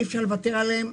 אי אפשר לוותר עליהם.